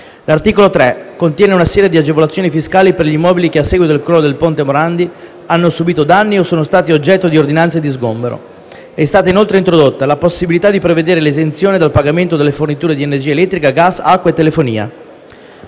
L’articolo 3 contiene una serie di agevolazioni fiscali per gli immobili che a seguito del crollo del ponte Morandi hanno subìto danni o sono stati oggetto di ordinanze di sgombero. È stata inoltre introdotta la possibilità di prevedere l’esenzione dal pagamento delle forniture di energia elettrica, gas, acqua e telefonia.